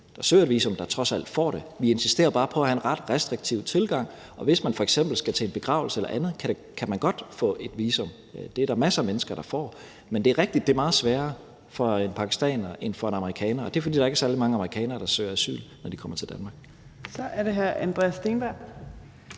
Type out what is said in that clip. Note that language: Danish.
der søger visum, der trods alt får det. Vi insisterer bare på at have en ret restriktiv tilgang, og hvis man f.eks. skal til en begravelse eller andet, kan man godt få et visum. Det er der masser af mennesker der får. Men det er rigtigt, at det er meget sværere for en pakistaner end for en amerikaner, og det er, fordi der ikke er særlig mange amerikanere, der søger asyl, når de kommer til Danmark. Kl. 16:24 Tredje